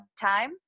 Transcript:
time